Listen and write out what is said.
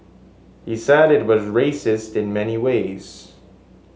he said it was racist in many ways